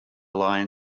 lion